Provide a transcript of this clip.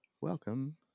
Welcome